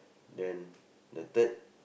then the third